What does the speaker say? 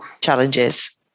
challenges